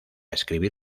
escribir